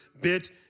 bit